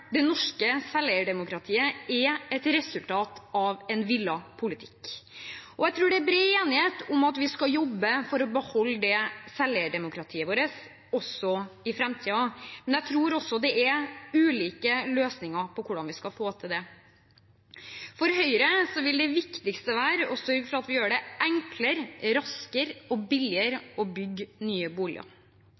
Det norske selveierdemokratiet er et resultat av en villet politikk. Jeg tror det er bred enighet om at vi skal jobbe for å beholde selveierdemokratiet vårt også i framtiden. Men jeg tror også det er ulike løsninger på hvordan vi skal få til det. For Høyre vil det viktigste være å sørge for at vi gjør det enklere, raskere og billigere å bygge nye boliger.